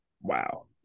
Wow